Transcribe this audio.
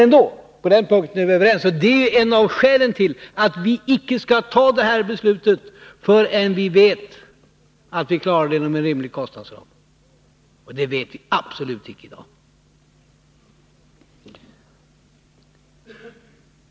Men på den punkten är vi ändå överens, att vi icke skall ta det här beslutet förrän vi vet att vi klarar det inom en rimlig kostnadsram, och det vet vi absolut icke i dag.